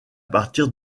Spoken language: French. partir